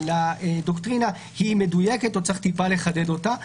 לדוקטרינה היא מדויקת או שצריך לחדד אותה מעט.